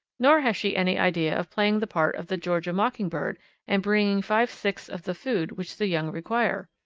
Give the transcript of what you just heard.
nor has she any idea of playing the part of the georgia mockingbird and bringing five-sixths of the food which the young require.